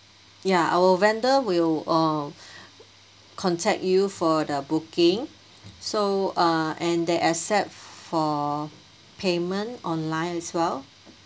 ya our vendor will uh contact you for the booking so uh and they accept for payment online as well